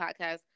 podcast